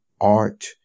art